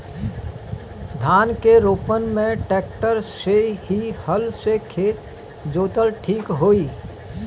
धान के रोपन मे ट्रेक्टर से की हल से खेत जोतल ठीक होई?